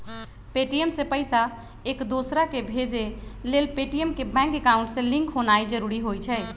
Paytm से पईसा एकदोसराकेँ भेजे लेल पेटीएम के बैंक अकांउट से लिंक होनाइ जरूरी होइ छइ